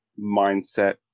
mindset